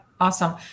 Awesome